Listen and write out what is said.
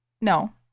No